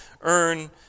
earn